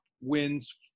wins